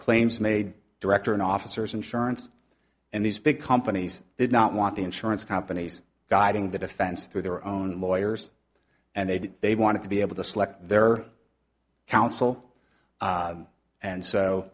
claims made director and officers insurance and these big companies did not want the insurance companies guiding the defense through their own lawyers and they did they wanted to be able to select their counsel and so